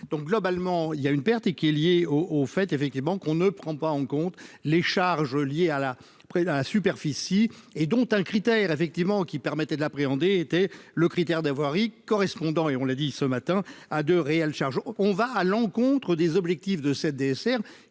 donc, globalement, il y a une perte et qui est liée au au fait effectivement qu'on ne prend pas en compte les charges liées à la après dans la superficie et dont un critère effectivement qui permettaient de l'appréhender était le critère d'avoir correspondant et on l'a dit ce matin à de réelles charges, on va à l'encontre des objectifs de cette DSR,